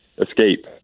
escape